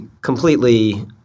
completely